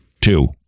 Two